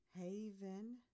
Haven